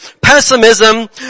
Pessimism